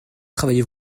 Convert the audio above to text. travaillez